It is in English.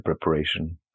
preparation